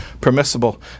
permissible